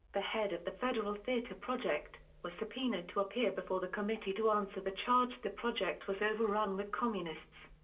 the head of the federal theatre project, was subpoenaed to appear before the committee to answer the charge the project was overrun with communists.